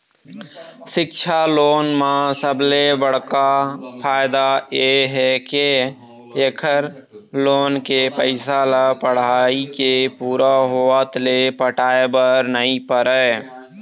सिक्छा लोन म सबले बड़का फायदा ए हे के एखर लोन के पइसा ल पढ़ाई के पूरा होवत ले पटाए बर नइ परय